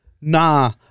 nah